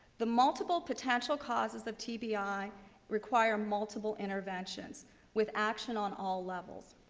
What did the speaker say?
the multiple potential causes of tbi require multiple intervention with action on all levels.